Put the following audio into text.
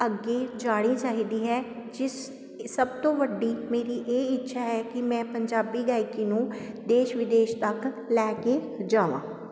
ਅੱਗੇ ਜਾਣੀ ਚਾਹੀਦੀ ਹੈ ਜਿਸ ਸਭ ਤੋਂ ਵੱਡੀ ਮੇਰੀ ਇਹ ਇੱਛਾ ਹੈ ਕਿ ਮੈਂ ਪੰਜਾਬੀ ਗਾਇਕੀ ਨੂੰ ਦੇਸ਼ ਵਿਦੇਸ਼ ਤੱਕ ਲੈ ਕੇ ਜਾਵਾਂ